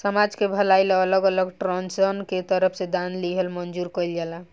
समाज के भलाई ला अलग अलग ट्रस्टसन के तरफ से दान लिहल मंजूर कइल जाला